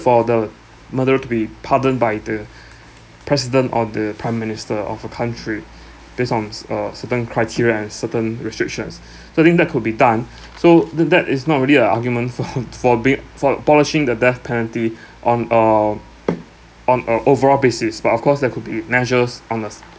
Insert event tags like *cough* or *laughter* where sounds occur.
for the murderer to be pardoned by the *breath* president or the prime minister of a country *breath* based on *noise* uh certain criteria and certain restrictions *breath* so I think that could be done *breath* so th~ that is not really a argument for *laughs* for be for abolishing the death penalty *breath* on a on a overall basis but of course there could be measures on us